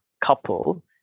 couple